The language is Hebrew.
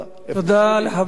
איפה הוא?